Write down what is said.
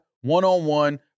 one-on-one